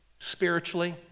spiritually